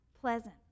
pleasant